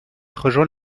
rejoint